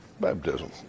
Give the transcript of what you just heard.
baptism